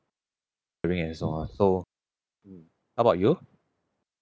so how about you